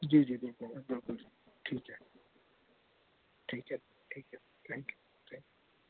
जी जी बिलकुल बिलकुल ठीक ऐ ठीक ऐ थैंक यू थैंक य़ू